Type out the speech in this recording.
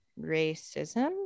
racism